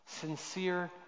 sincere